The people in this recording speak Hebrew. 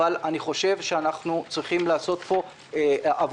אבל אני חושב שאנחנו צריכים לעשות פה עבודה,